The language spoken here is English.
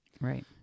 right